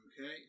Okay